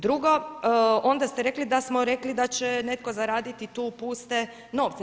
Drugo, onda ste rekli da smo rekli da će netko zaraditi tu puste novce.